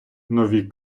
нові